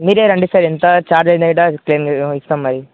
మీరు రండి సార్ ఎంత చార్జ్ అయిన కూడా ఇస్తాం మరి